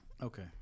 Okay